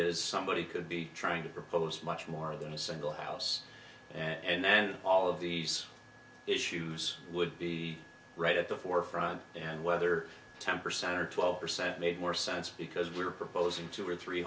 is somebody could be trying to propose much more than a single house and then all of these issues would be right at the forefront and whether ten percent or twelve percent made more sense because we're proposing two or three